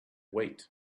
wait